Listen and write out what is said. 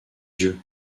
yeux